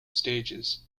stages